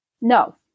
no